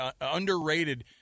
underrated